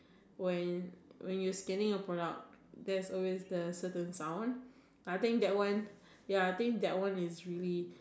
when when you scanning the products there is always the certain sounds I think that one ya I think that one is really